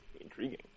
Intriguing